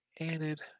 added